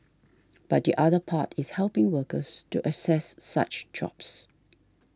but the other part is helping workers to access such jobs